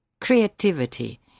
creativity